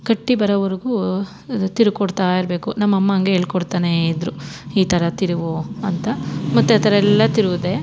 ಗಟ್ಟಿ ಬರೋವರೆಗೂ ತಿರುವಿ ಕೊಡ್ತಾ ಇರಬೇಕು ನಮ್ಮಅಮ್ಮ ಹಂಗೆ ಹೇಳ್ಕೊಡ್ತಾನೆ ಇದ್ದರು ಈ ಥರ ತಿರುವು ಅಂತ ಮತ್ತು ಆ ಥರ ಎಲ್ಲ ತಿರುವಿದೆ